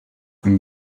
ihm